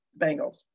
Bengals